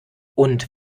und